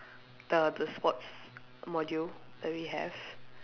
the the sports module that we have